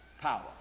power